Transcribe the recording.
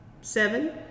Seven